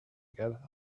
get